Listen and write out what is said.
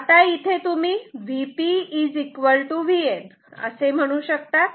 आता इथे तुम्ही Vp Vn असे समजू शकतात